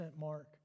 mark